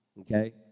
Okay